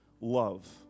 love